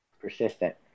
persistent